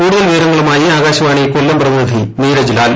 കൂടുതൽ വിവരങ്ങളുമായി ആകാശവാീണി കൊല്ലം പ്രതിനിധി നീരജ്ലാൽ